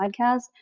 podcast